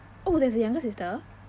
oh there's a younger sister